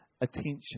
attention